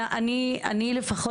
אני לפחות,